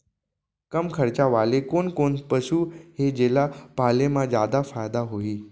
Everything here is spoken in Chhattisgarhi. कम खरचा वाले कोन कोन पसु हे जेला पाले म जादा फायदा होही?